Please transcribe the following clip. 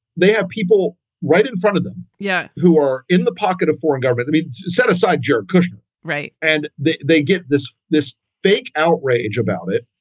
they have people right in front of them yeah who are in the pocket of foreign government to be set aside. you're right. and they they get this. this fake outrage about it.